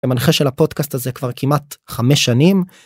המנחה של הפודקאסט הזה כבר כמעט חמש שנים.